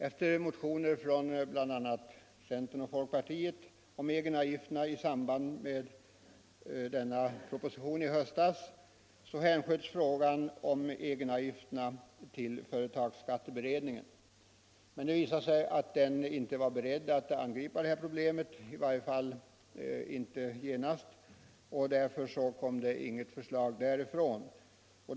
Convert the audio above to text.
Efter bl.a. centeroch folkpartimotioner i anledning av propositionen Torsdagen den i höstas hänsköts frågan om egenavgifterna till företagsskatteberedningen. 3 juni 1976 Motionerna överlämnades först i februari i år. Det visade sig emellertid att man där inte var beredd att angripa problemet, i varje fall inte genast, Ändrade avdragsoch därför fick vi då inget förslag från beredningen.